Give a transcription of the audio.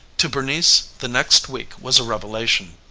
to bernice the next week was a revelation.